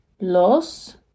los